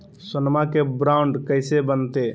सोनमा के बॉन्ड कैसे बनते?